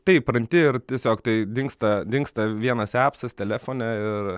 taip įpranti ir tiesiog tai dingsta dingsta vienas apsas telefone ir